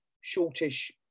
shortish